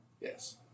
Yes